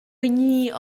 vegnir